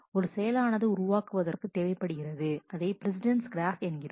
ஒரு செயலானது உருவாக்குவதற்கு தேவைப்படுகிறது அதை பிரஸிடெண்ட்ஸ் கிராஃப் என்கிறோம்